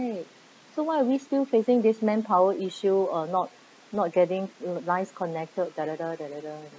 so why are we still facing this manpower issue or not not getting lives connected